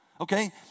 okay